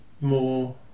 More